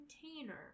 container